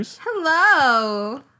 Hello